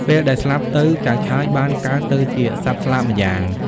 ពេលដែលស្លាប់ទៅចៅឆើយបានកើតទៅជាសត្វស្លាបម្យ៉ាង។